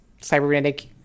cybernetic